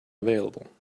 available